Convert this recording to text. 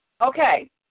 Okay